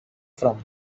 from